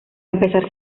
empezar